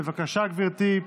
בבקשה, גברתי.